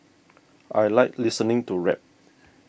I like listening to rap